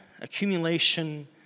accumulation